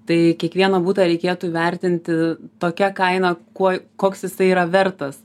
tai kiekvieną butą reikėtų įvertinti tokia kaina kuo koks jisai yra vertas